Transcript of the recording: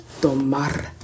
tomar